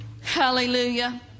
Hallelujah